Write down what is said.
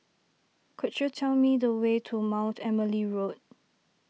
could you tell me the way to Mount Emily Road